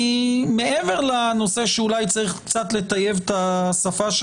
מעבר לנושא שאולי צריך קצת לטייב את השפה של